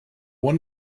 one